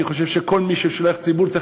אני חושב שכל מי שהוא שליח ציבור צריך